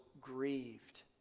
grieved